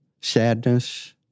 sadness